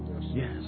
Yes